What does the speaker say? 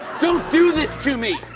don't do this to me!